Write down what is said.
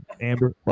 amber